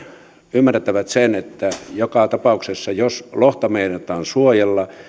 ymmärtävät sen että joka tapauksessa jos lohta meinataan suojella